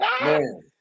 Man